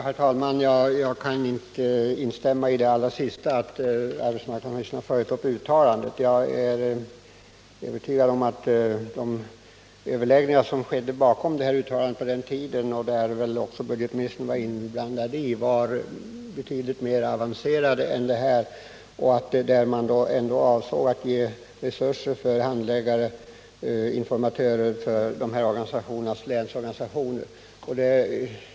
Herr talman! Jag kan inte instämma i den sista meningen, nämligen att arbetsmarknadsministern har följt upp uttalandet. Jag är övertygad om att de överläggningar som låg bakom det här uttalandet på den tiden och som väl också budgetministern deltog i var betydligt mer avancerade än detta uttalande; man avsåg ändå att ge resurser för handläggare/informatörer för de här organisationernas länsorganisationer.